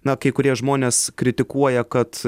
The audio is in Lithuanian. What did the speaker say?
na kai kurie žmonės kritikuoja kad